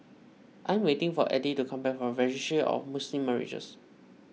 I am waiting for Eddy to come back from Registry of Muslim Marriages